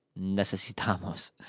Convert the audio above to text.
necesitamos